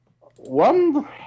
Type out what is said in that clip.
one